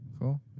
Cool